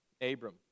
Abram